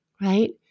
right